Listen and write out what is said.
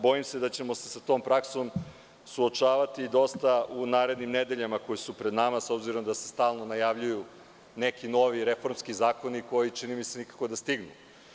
Bojim se da ćemo se sa tom praksom suočavati dosta u narednim nedeljama koje su pred nama, s obzirom da se stalno najavljuju neki novi reformski zakoni koji nikako da stignu.